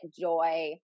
joy